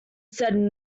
settle